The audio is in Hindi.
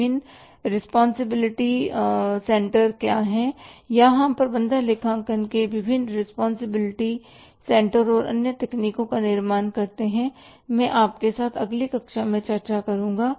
विभिन्न रिस्पांसिबिलिटी सेंटर क्या हैं या हम प्रबंधन लेखांकन के विभिन्न रिस्पांसिबिलिटी सेंटर और अन्य तकनीकों का निर्माण करते हैं मैं आपके साथ अगली कक्षा में चर्चा करूँगा